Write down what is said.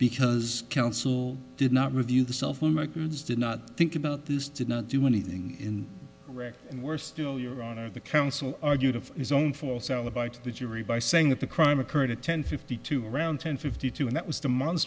because counsel did not review the cell phone records did not think about these did not do anything in rock and were still your honor the counsel argued of his own false alibi to the jury by saying that the crime occurred at ten fifty to around ten fifty two and that was demon